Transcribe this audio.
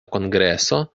kongreso